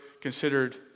considered